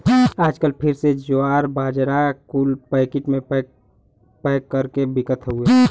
आजकल फिर से जवार, बाजरा कुल पैकिट मे पैक कर के बिकत हउए